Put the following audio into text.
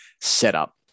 setup